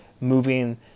moving